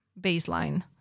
baseline